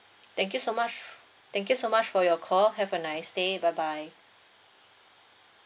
thank you so much thank you so much for your call have a nice day bye bye